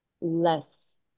less